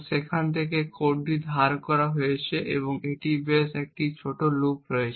যেখান থেকে এই কোডটি ধার করা হয়েছে এটি বেশ সহজ এটির একটি ছোট লুপ রয়েছে